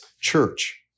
church